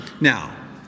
Now